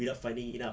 without finding it out